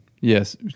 Yes